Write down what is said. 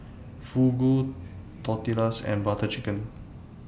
Fugu Tortillas and Butter Chicken